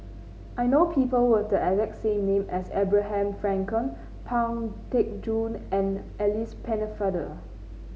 I know people who have the exact same name as Abraham Frankel Pang Teck Joon and Alice Pennefather